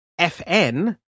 fn